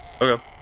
Okay